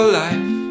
life